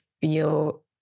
feel